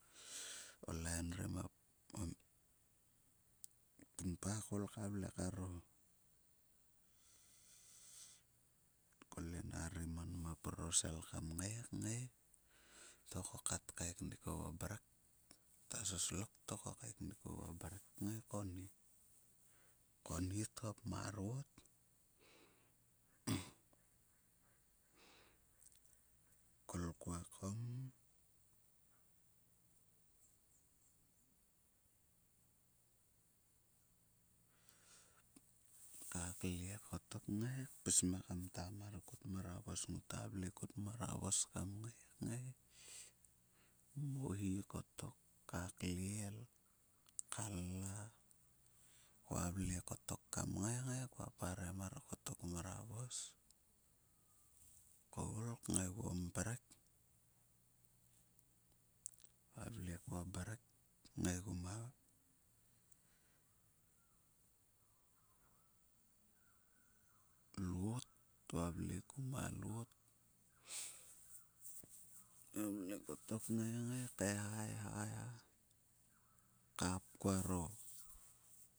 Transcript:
Ko kaeknik oguo mrek ti konnit. Konnut hop marot kol kua kom ka kle kottok knagi kpis me kamta amr kut mravos. Ngota vle kut mravos kam ngai kngai vui kottok ka klel, khalla. Vavet kottok kam ngai, kngal kua parem mar ko mravos koul kngaiguo mrek. Valve kuo mrek kngaiigu ma lot. Valve kottok kngai ngai, kaeha eha. Kap kuaro